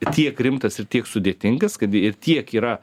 tiek rimtas ir tiek sudėtingas kad ir tiek yra